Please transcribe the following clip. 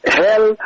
hell